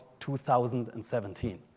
2017